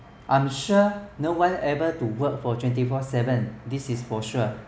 I'm sure no one is able to work for twenty four seven this is for sure